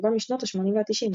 רובם משנות ה-80 וה-90.